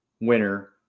winner